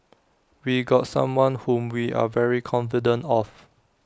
we got someone whom we are very confident of